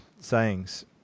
sayings